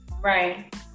Right